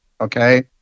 okay